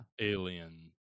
alien